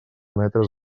metres